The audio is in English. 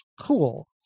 Cool